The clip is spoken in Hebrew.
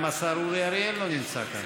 וגם השר אורי אריאל לא נמצא כאן.